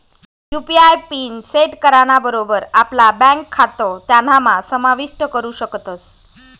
UPI pin set कराना बरोबर आपला ब्यांक खातं त्यानाम्हा समाविष्ट करू शकतस